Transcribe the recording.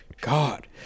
god